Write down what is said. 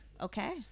okay